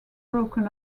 broken